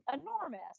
enormous